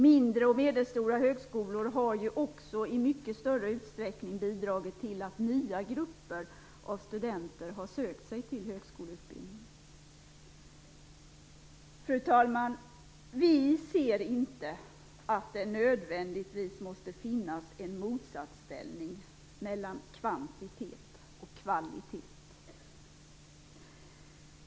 Mindre och medelstora högskolor har ju också i mycket större utsträckning bidragit till att nya grupper av studenter har sökt sig till högskoleutbildning. Fru talman! Vi anser inte att det nödvändigtvis måste finnas en motsättning mellan kvantitet och kvalitet.